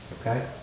Okay